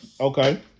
Okay